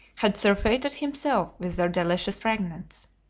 had surfeited himself with their delicious fragrance.